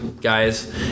guys